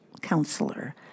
counselor